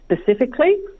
specifically